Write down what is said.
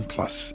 Plus